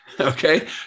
Okay